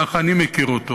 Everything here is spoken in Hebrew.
כך אני מכיר אותו,